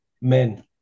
men